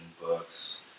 books